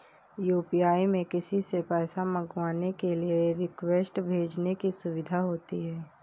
UPI में किसी से पैसा मंगवाने के लिए रिक्वेस्ट भेजने की सुविधा होती है